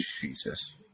Jesus